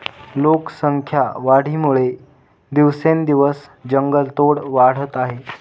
लोकसंख्या वाढीमुळे दिवसेंदिवस जंगलतोड वाढत आहे